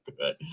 good